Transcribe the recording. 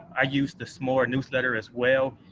i use the smore newsletter as well,